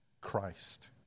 Christ